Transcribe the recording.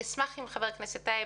אשמח אם חבר הכנסת טייב,